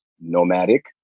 nomadic